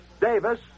Davis